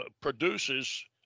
produces